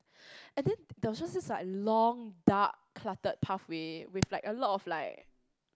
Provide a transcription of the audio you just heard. I think there was just this like long dark cluttered pathway with like a lot of like